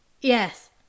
yes